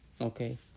Okay